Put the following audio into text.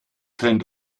trennt